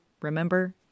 Remember